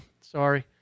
Sorry